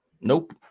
Nope